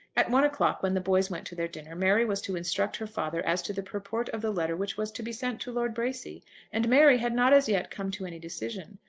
at one o'clock, when the boys went to their dinner, mary was to instruct her father as to the purport of the letter which was to be sent to lord bracy and mary had not as yet come to any decision.